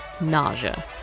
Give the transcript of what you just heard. nausea